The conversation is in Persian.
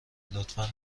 لطفا